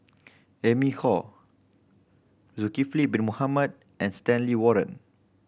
Amy Khor Zulkifli Bin Mohamed and Stanley Warren